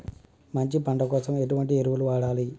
మంచి పంట కోసం ఎటువంటి ఎరువులు వాడాలి?